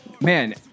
man